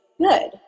good